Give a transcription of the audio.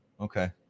okay